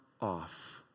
off